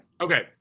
Okay